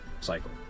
cycle